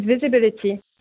visibility